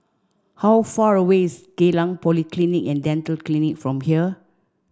how far away is Geylang Polyclinic and Dental Clinic from here